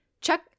Chuck